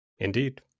Indeed